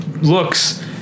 looks